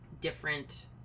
different